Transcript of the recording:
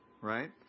right